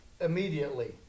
immediately